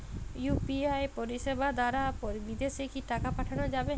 UPI পরিষেবা দারা বিদেশে কি টাকা পাঠানো যাবে?